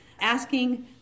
asking